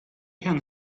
can